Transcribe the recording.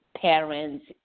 parents